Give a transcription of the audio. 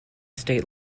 state